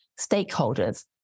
stakeholders